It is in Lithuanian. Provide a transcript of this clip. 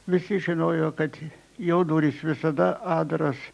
visi žinojo kad jo durys visada atdaros